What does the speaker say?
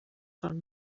són